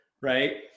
right